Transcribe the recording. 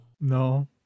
No